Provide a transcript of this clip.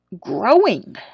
growing